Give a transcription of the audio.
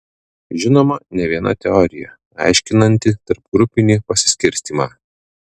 žinoma ne viena teorija aiškinanti tarpgrupinį pasiskirstymą